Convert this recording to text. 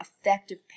effective